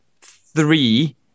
three